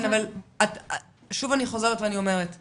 אני חוזרת ואומרת שוב,